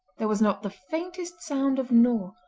there was not the faintest sound of gnaw,